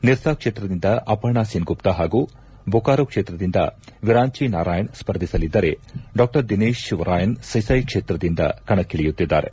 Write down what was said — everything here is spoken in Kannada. ನಿರ್ಸಾ ಕ್ಷೇತ್ರದಿಂದ ಅಪರ್ಣಾ ಸೇನ್ ಗುಪ್ತಾ ಹಾಗೂ ಬೊಕಾರೊ ಕ್ಷೇತ್ರದಿಂದ ವಿರಾಂಚಿ ನಾರಾಯಣ್ ಸ್ಪರ್ಧಿಸಲಿದ್ದರೆ ಡಾಕ್ಟರ್ ದಿನೇಶ್ ಒರಾಯನ್ ಸಿಸೈ ಕ್ಷೇತ್ರದಿಂದ ಕಣಕ್ಕಳಿಯುತ್ತಿದ್ದಾರೆ